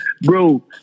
Bro